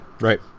Right